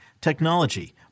technology